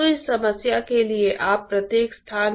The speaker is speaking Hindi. तो इसे देखने का यह सही तरीका है